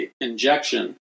injection